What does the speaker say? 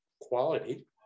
quality